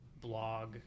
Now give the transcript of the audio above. blog